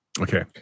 Okay